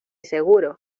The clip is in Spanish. seguro